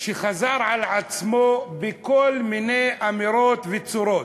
שחזר על עצמו בכל מיני אמירות וצורות,